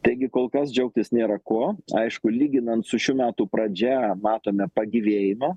taigi kol kas džiaugtis nėra ko aišku lyginant su šių metų pradžia matome pagyvėjimą